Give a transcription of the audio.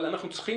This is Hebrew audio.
אבל אנחנו צריכים,